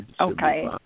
Okay